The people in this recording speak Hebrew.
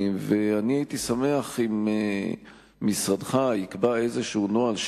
הייתי שמח אם משרדך יקבע איזשהו נוהל,